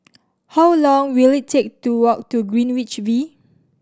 how long will it take to walk to Greenwich V